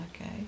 okay